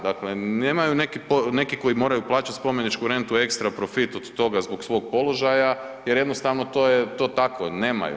Dakle, nemaju neki koji moraju plaćati spomeničku rentu ekstra profit od toga, zbog svog položaja jer jednostavno to je, to tako, nemaju.